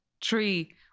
tree